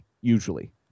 Usually